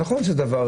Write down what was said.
השאלה